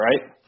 right